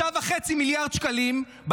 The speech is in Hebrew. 3.5 מיליארד שקלים,